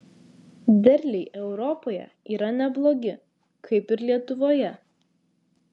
derliai europoje yra neblogi kaip ir lietuvoje